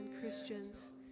Christians